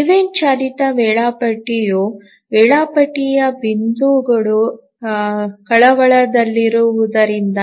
event ಚಾಲಿತ ವೇಳಾಪಟ್ಟಿಯ ವೇಳಾಪಟ್ಟಿ ಬಿಂದುಗಳು ಕಳವಳದಲ್ಲಿರುವುದರಿಂದ